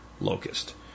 locust